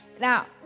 now